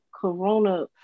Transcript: Corona